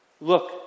Look